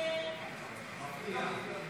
הסתייגות 99